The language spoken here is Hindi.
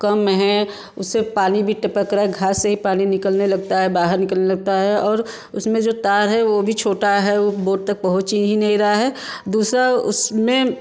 उसमें पानी भी टपक रहा घास से भी पानी निकलने लगता है वहाँ भी निकलने लगता है उसमें जो तार है वो भी छोटा है बोड तक पहुँच ही नहीं रहा है दूसरा उसमें